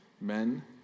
Men